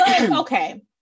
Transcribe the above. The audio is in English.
okay